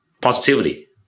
positivity